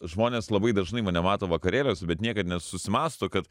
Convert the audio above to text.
žmonės labai dažnai mane mato vakarėliuose bet niekad nesusimąsto kad